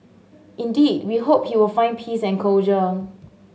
indeed we hope he will find peace and closure